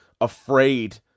afraid